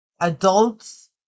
adults